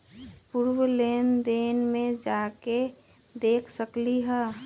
पूर्व लेन देन में जाके देखसकली ह?